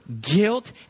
guilt